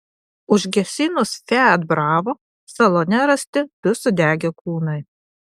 užgesinus fiat bravo salone rasti du sudegę kūnai